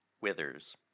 withers